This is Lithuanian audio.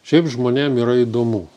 šiaip žmonėm yra įdomu